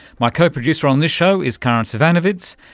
my co-producer on this show is karin zsivanovits,